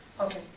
Okay